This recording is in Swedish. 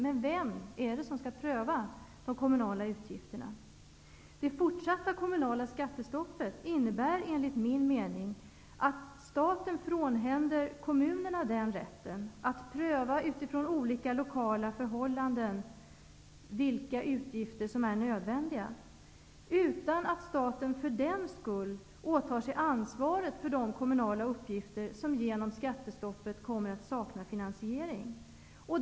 Men vem är det som skall pröva de kommunala utgifterna? Det fortsatta kommunala skattestoppet innebär enligt min mening att staten frånhänder kommunerna rätten att utifrån olika lokala förhållanden pröva vilka utgifter som är nödvändiga, utan att staten för den skull åtar sig ansvaret för de kommunala uppgifter som genom skattestoppet kommer att sakna finansiering.